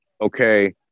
okay